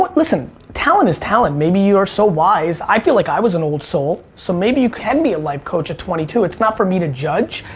listen. talent is talent, maybe you're so wise, i feel like i was an old soul, so maybe you can be a life coach at twenty two, it's not for me to judge.